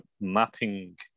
mapping